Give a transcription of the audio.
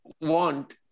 want